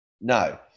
No